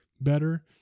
better